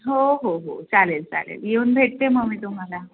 हो हो हो चालेल चालेल येऊन भेटते मग मी तुम्हाला